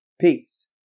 Peace